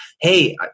Hey